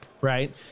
Right